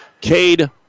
Cade